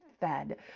fed